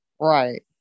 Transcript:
Right